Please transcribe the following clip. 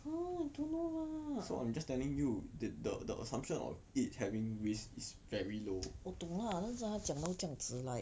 so I'm just telling you did the the assumption of it having risk is very low